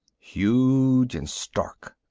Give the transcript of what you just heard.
huge and stark,